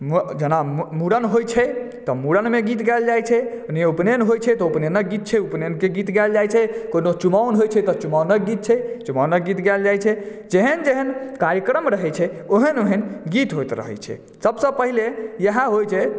जेना मुड़न होइ छै फेर तऽ मुड़नमे गीत गायल जाइ छै उपनयन होइ छै तऽ उपनयनक गीत छै उपनयनकेँ गीत गायल जाइ छै कोनो चुमाओन होइ छै तऽ चुमाओनक गीत छै चुमाओनक गीत गाएल जाइ छै जेहन जेहन कार्यक्रम रहै छै ओहन ओहन गीत होइत रहै छै सभसँ पहिले इयाह होइ छै